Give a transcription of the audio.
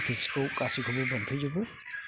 अफिसखौ गासिखौबो मोनफैजोबो